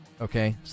okay